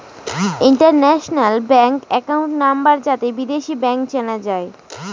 international bank account number যাতে বিদেশী bank চেনা যায়